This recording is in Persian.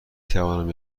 توانم